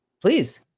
please